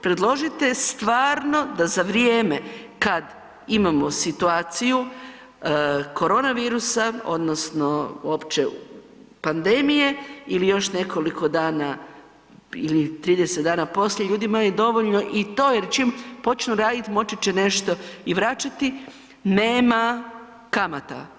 Predložite stvarno da za vrijeme kad imamo situaciju korona virusa odnosno opće pandemije ili još nekoliko dana ili 30 dana poslije ljudima je dovoljno i to jer čim počnu raditi moći će nešto i vraćati, nema kamata.